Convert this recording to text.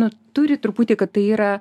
nu turi truputį kad tai yra